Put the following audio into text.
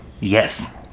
Yes